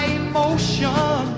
emotion